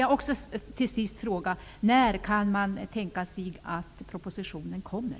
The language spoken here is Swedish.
Jag vill till sist fråga när man kan tänka sig att propositionen kommer.